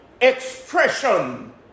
expression